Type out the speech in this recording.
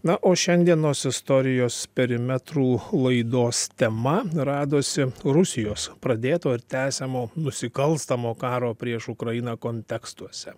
na o šiandienos istorijos perimetrų laidos tema radosi rusijos pradėto ir tęsiamo nusikalstamo karo prieš ukrainą kontekstuose